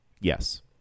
Yes